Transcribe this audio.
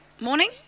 morning